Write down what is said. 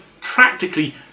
practically